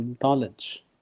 knowledge